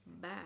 bye